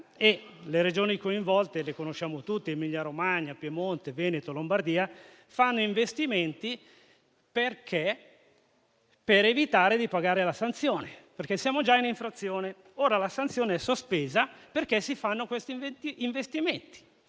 le Regioni coinvolte le conosciamo tutti: Emilia-Romagna, Piemonte, Veneto e Lombardia, le quali fanno investimenti per evitare di pagare la sanzione, perché siamo già in infrazione. La sanzione è sospesa, perché si fanno questi investimenti,